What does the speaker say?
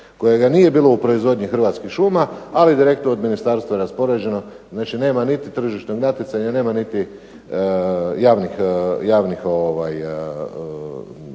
kojega nije bilo u proizvodnji Hrvatskih šuma, ali direktno od ministarstva raspoređeno. Znači, nema niti tržišnog natjecanja, nema niti javnih